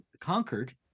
conquered